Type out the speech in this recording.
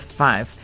five